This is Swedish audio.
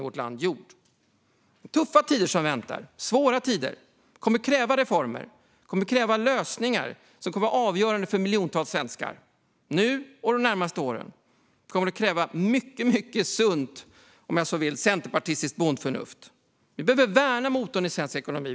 Det är tuffa och svåra tider som väntar, och de kommer att kräva reformer och lösningar som är avgörande för miljontals svenskar nu och de närmaste åren. Det kommer att kräva mycket sunt centerpartistiskt bondförnuft. Vi behöver värna motorn i svensk ekonomi.